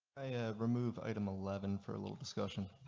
remove item eleven for a little discussion